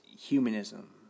Humanism